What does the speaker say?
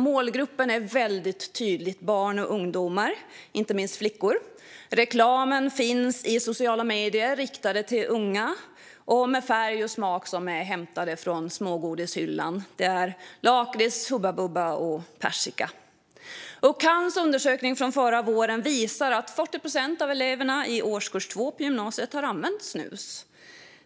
Målgruppen är tydligt barn och ungdomar, inte minst flickor. Reklamen finns i sociala medier riktade till unga och med färg och smak som är hämtade från smågodishyllan. Det är lakrits, hubba bubba och persika. CAN:s undersökning från förra våren visade att 40 procent av eleverna i årskurs 2 på gymnasiet hade använt snus.